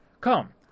Come